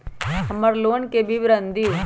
हमर लोन के विवरण दिउ